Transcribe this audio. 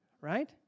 right